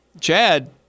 Chad